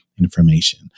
information